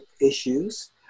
issues